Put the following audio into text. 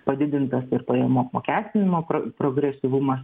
padidintas ir pajamų apmokestinimo progresyvumas